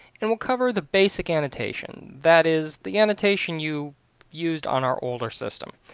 and we'll cover the basic annotation that is the annotation you used on our older system.